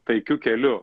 taikiu keliu